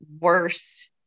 worse